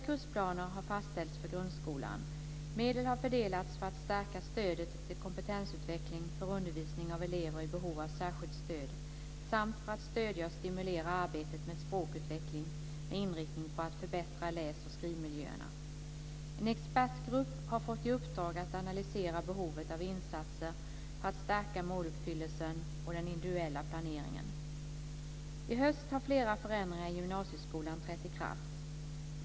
Medel har fördelats för att förstärka stödet till kompetensutveckling för undervisning av elever i behov av särskilt stöd samt för att stödja och stimulera arbetet med språkutveckling, med inriktning på att förbättra läs och skrivmiljöerna. En expertgrupp har fått i uppdrag att analysera behovet av insatser för att stärka måluppfyllelsen och den individuella planeringen. I höst har flera förändringar i gymnasieskolan trätt i kraft.